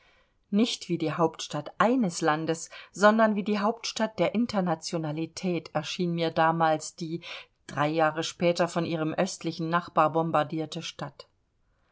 nicht wie die hauptstadt eines landes sondern wie die hauptstadt der internationalität erschien mir damals die drei jahre später von ihrem östlichen nachbar bombardierte stadt